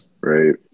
right